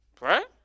Right